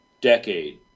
decade